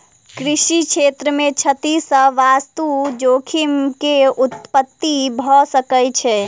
कृषि क्षेत्र मे क्षति सॅ वास्तु जोखिम के उत्पत्ति भ सकै छै